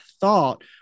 thought